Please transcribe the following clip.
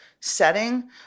setting